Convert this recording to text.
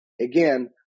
Again